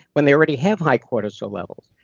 when they already have high cortisol levels.